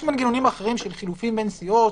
יש מנגנונים אחרים של חילופים בין סיעות,